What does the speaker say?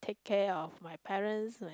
care of my parents when